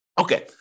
Okay